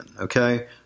Okay